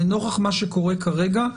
לנוכח מה שקורה כרגע,